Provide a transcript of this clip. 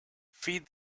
feed